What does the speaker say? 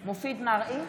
בהצבעה מופיד מרעי,